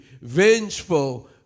vengeful